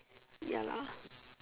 ya lah